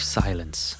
silence